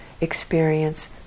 experience